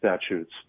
statutes